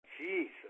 Jesus